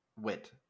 wit